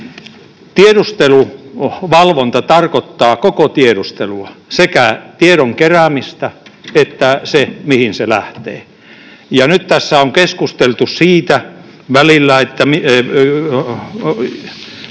Tiedusteluvalvonta tarkoittaa koko tiedustelua, sekä tiedon keräämistä että sitä, mihin se lähtee, ja nyt tässä on keskusteltu siitä välillä, että